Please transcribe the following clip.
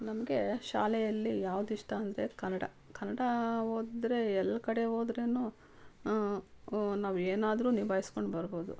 ನಮಗೆ ಶಾಲೆಯಲ್ಲಿ ಯಾವುದಿಷ್ಟ ಅಂದರೆ ಕನ್ನಡ ಕನ್ನಡ ಹೋದ್ರೆ ಎಲ್ಲಿ ಕಡೆ ಹೋದ್ರೂ ನಾವೇನಾದ್ರೂ ನಿಭಾಯ್ಸ್ಕೊಂಡು ಬರ್ಬೋದು